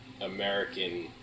American